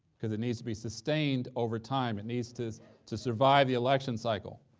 cause it needs to be sustained over time. it needs to to survive the election cycle.